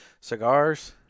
cigars